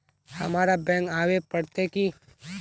हमरा बैंक आवे पड़ते की?